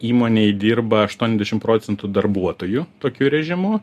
įmonėj dirba aštuoniadešim procentų darbuotojų tokiu režimu